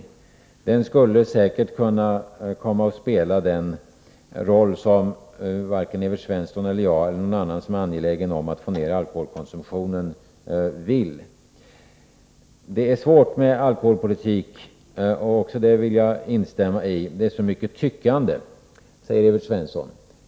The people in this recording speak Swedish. En sådan skulle säkert kunna komma att spela den roll som — debatt varken Evert Svensson, jag själv eller någon annan som är angelägen om att få ned alkoholkonsumtionen vill. Det är svårt med alkoholpolitik, det vill jag instämma i. Det är så mycket tyckande, säger Evert Svensson.